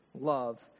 love